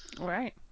Right